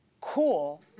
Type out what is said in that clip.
cool